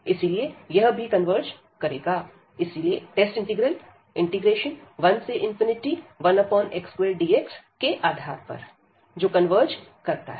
इसीलिए यह भी कन्वर्ज करेगा टेस्ट इंटीग्रल 11x2dx के आधार पर जो कन्वर्ज करता है